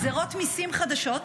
גזרות מסים חדשות,